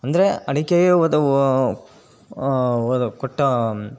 ಅಂದರೆ ಅಡಿಕೆಗೆ ಹೋದ ಹೋದ ಕೊಟ್ಟ